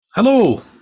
Hello